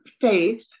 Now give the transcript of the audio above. faith